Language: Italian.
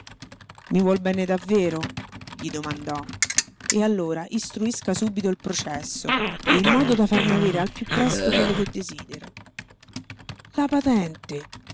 i vuol bene davvero gli domandò e allora istruisca subito il processo e in modo da farmi avere al piú presto quello che desidero la patente